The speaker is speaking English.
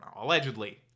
Allegedly